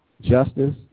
Justice